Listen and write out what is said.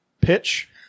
Pitch